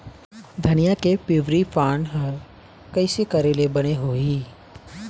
धनिया के पिवरी पान हर कइसे करेले बने होही?